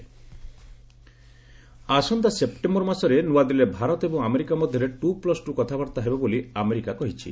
US India ଆସନ୍ତା September ମାସରେ ନୂଆଦିଲ୍ଲୀରେ ଭାରତ ଏବଂ ଆମେରିକା ମଧ୍ୟରେ ଟୁ ପ୍ଲସ୍ ଟୁ କଥାବାର୍ତ୍ତା ହେବ ବୋଲି ଆମେରିକା କହିଛି